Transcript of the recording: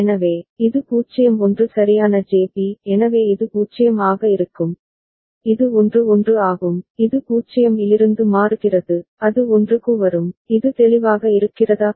எனவே இது 0 1 சரியான JB எனவே இது 0 ஆக இருக்கும் இது 1 1 ஆகும் இது 0 இலிருந்து மாறுகிறது அது 1 க்கு வரும் இது தெளிவாக இருக்கிறதா